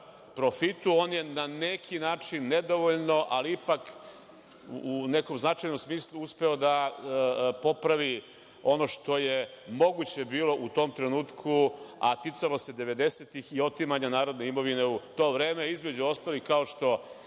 profitu, on je na neki način nedovoljno, ali ipak u nekom značajnom smislu uspeo da popravi ono što je moguće bilo u tom trenutku, a ticalo se devedesetih i otimanja narodne imovine u to vreme. Između ostalog, kao što